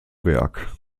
berg